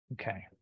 Okay